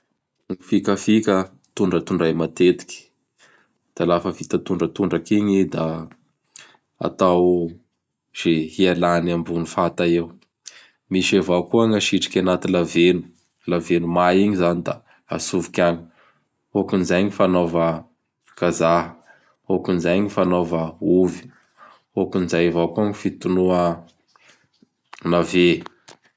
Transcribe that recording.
Ny fikafika! Tondratondray matetiky. Da lafa vita tondratondraky igny i da atao ze hialany ambony fata eo. Misy avao gn' asitriky anaty laveno, laveno may igny zany da atsofoky añy. Hôkin'izay gny fanaova Kajaha. Hôkin'izay gny fanaova Ovy. Hôkin'izay avao koa ny fitonoa Navé.